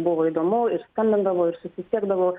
buvo įdomu ir skambindavo ir susisiekdavo